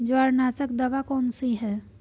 जवारनाशक दवा कौन सी है?